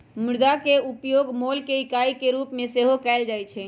मुद्रा के उपयोग मोल के इकाई के रूप में सेहो कएल जाइ छै